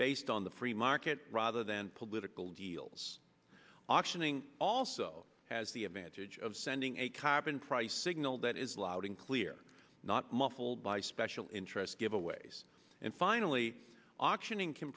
based on the free market rather than political deals auctioning also has the advantage of sending a carbon price signal that is loud and clear not muffled by special interest giveaways and finally auctioning can